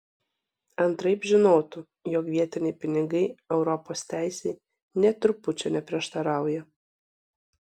antraip žinotų jog vietiniai pinigai europos teisei nė trupučio neprieštarauja